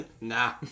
Nah